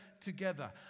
together